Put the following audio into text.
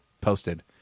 posted